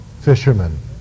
fishermen